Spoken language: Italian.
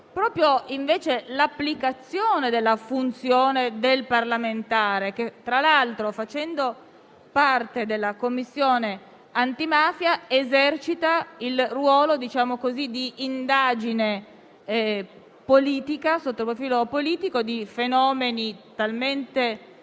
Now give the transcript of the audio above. proprio l'applicazione della funzione del parlamentare che, tra l'altro, facendo parte della Commissione antimafia, esercita il ruolo di indagine sotto il profilo politico di fenomeni talmente